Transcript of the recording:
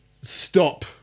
stop